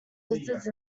lizards